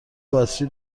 باتری